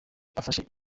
abafashe